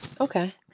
Okay